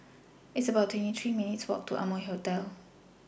It's about twenty three minutes' Walk to Amoy Hotel